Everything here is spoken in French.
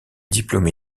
diplômée